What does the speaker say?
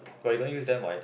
but you don't use them right